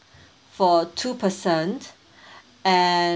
for two person and